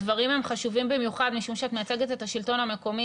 הדברים הם חשובים במיוחד משום שאת מייצגת את השלטון המקומי,